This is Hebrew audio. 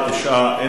התשע"א 2011, נתקבל.